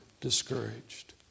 discouraged